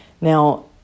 Now